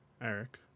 Eric